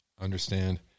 Understand